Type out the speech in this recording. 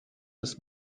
das